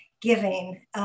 giving